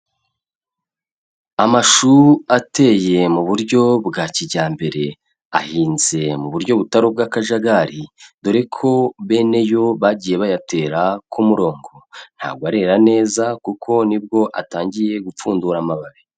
Amashu ateye mu buryo bwa kijyambere ahinze mu buryo butari ubw'akajagari dore ko beneyo bagiye bayatera ku murongo, ntabwo arera neza kuko nibwo atangiye gupfundura amababi.